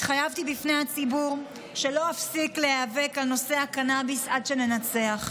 והתחייבתי בפני הציבור שלא אפסק להיאבק על נושא הקנביס עד שננצח.